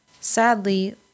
Sadly